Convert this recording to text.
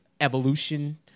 evolution